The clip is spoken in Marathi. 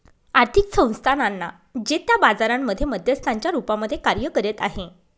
आर्थिक संस्थानांना जे त्या बाजारांमध्ये मध्यस्थांच्या रूपामध्ये कार्य करत आहे